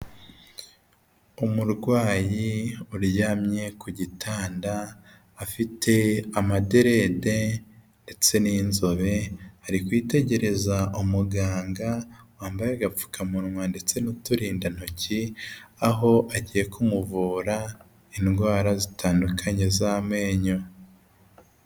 Umurwayi uryamye ku gitanda afite amaderede ndetse ni inzobe ari kwitegereza umuganga wambaye agapfukamunwa ndetse n'uturindantoki aho agiye kumuvura indwara zitandukanye z'amenyo.